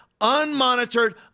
unmonitored